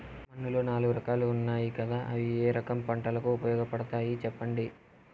మన్నులో నాలుగు రకాలు ఉన్నాయి కదా అవి ఏ రకం పంటలకు ఉపయోగపడతాయి చెప్పండి?